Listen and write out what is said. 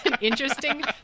interesting